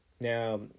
Now